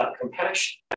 compassion